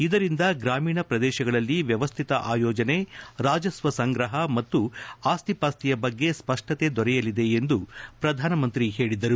ಇದರಿಂದ ಗ್ರಾಮೀಣ ಪ್ರದೇಶಗಳಲ್ಲಿ ವ್ಯವಸ್ಟಿತ ಆಯೋಜನೆ ರಾಜಸ್ವ ಸಂಗ್ರಹ ಮತ್ತು ಆಸ್ತಿಪಾಸ್ತಿಯ ಬಗ್ಗೆ ಸ್ಪಷ್ಟತೆ ದೊರೆಯಲಿದೆ ಎಂದು ಪ್ರಧಾನಮಂತ್ರಿ ಹೇಳಿದರು